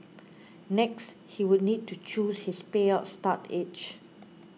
next he would need to choose his payout start age